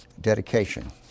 dedication